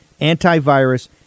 antivirus